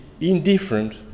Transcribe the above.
indifferent